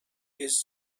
his